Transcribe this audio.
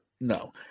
No